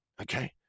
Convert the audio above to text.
Okay